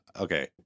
Okay